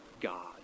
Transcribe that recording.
God